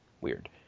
weird